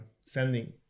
sending